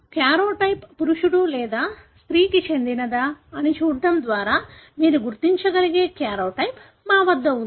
karyotype పురుషుడు లేదా స్త్రీకి చెందినదా అని చూడటం ద్వారా మీరు గుర్తించగలిగే కార్యోటైప్ మా వద్ద ఉంది